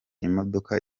imodoka